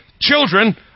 Children